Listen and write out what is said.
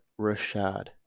Rashad